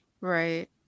Right